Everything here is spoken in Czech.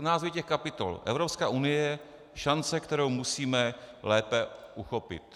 Názvy těch kapitol: Evropská unie šance, kterou musíme lépe uchopit.